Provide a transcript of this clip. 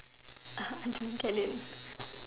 Uh I don't get it